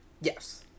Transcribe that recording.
Yes